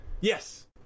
yes